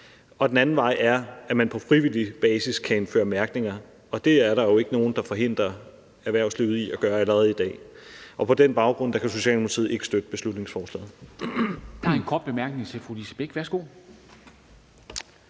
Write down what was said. Den anden vej er, at man på frivillig basis kan indføre mærkninger, og det er der jo ikke nogen der forhindrer erhvervslivet i at gøre allerede i dag. På den baggrund kan Socialdemokratiet ikke støtte beslutningsforslaget.